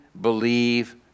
believe